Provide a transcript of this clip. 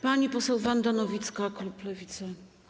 Pani poseł Wanda Nowicka, klub Lewica.